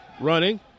running